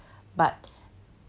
say out what they think